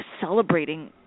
celebrating